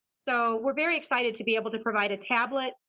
so we're very excited to be able to provide a tablet.